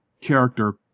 character